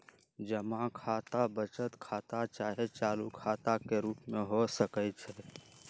जमा खता बचत खता चाहे चालू खता के रूप में हो सकइ छै